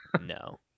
No